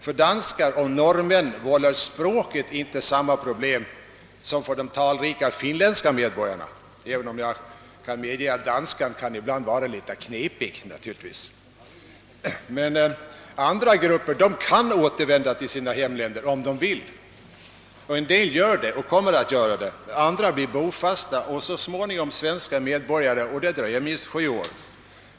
För danskar och norrmän vållar språket inte samma problem som för de talrika finländska medborgarna, även om jag kan medge att danskan ibland naturligtvis är något »knepig». Andra grupper kan emellertid återvända till sina hemländer om de så vill. kulturella och religiösa egenart En del gör det och kommer också att göra det. Andra blir bofasta och så småningom svenska medborgare, vilket dröjer minst sju år.